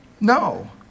No